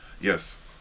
Yes